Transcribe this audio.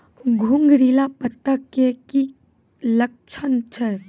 घुंगरीला पत्ता के की लक्छण छै?